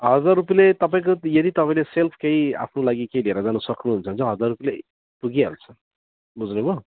हजार रुपियाँले तपाईँको यदि तपाईँले सेल्फ केही आफ्नो लागि केही लिएर जानु सक्नुहुन्छ भने चाहिँ हजार रुपियाँले पुगिहाल्छ बुझ्नु भयो